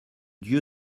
dieu